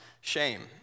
shame